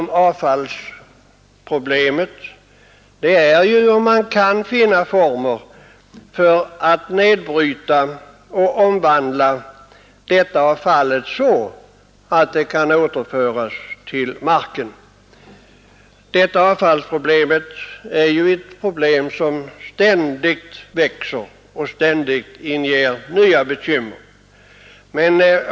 Avfallsproblemet växer ständigt och inger ständigt nya bekymmer. Idealet när det gäller dess lösning är ju att finna former för att nedbryta och omvandla avfallet så att det kan återföras till marken.